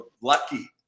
lucky